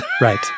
Right